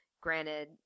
Granted